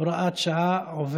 (הוראת שעה)